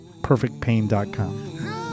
Perfectpain.com